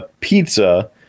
pizza